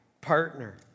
partner